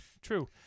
true